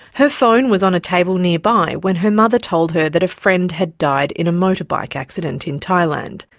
her phone was on a table nearby when her mother told her that a friend had died in a motorbike accident in thailand.